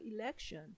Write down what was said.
election